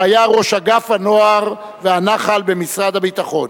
והיה ראש אגף הנוער והנח"ל במשרד הביטחון.